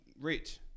rich